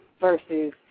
versus